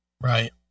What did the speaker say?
Right